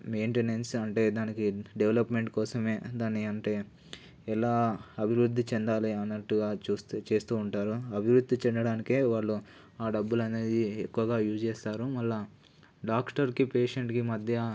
maintenance అంటే దానికి development కోసమే దాన్ని అంటే ఎలా అభివృద్ధి చెందాలి అన్నట్టుగా చూస్తూ చేస్తూ ఉంటారు అభివృద్ధి చెందడానికె వాళ్ళు ఆ డబ్బులు అనేది ఎక్కువగా యూజ్ చేస్తారు మళ్ళీ డాక్టర్కి పేషెంట్కి మధ్య